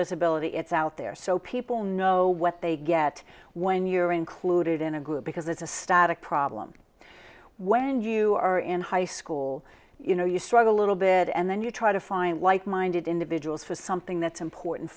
disability it's out there so people know what they get when you're included in a group because it's a static problem when you are in high school you know you struggle a little bit and then you try to find like minded individuals for something that's important